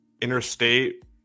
interstate